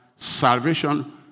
salvation